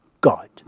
God